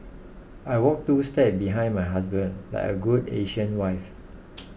I walk two steps behind my husband like a good Asian wife